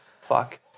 fuck